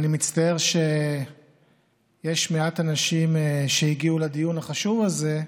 ואני מצטער שיש מעט אנשים שהגיעו לדיון החשוב הזה,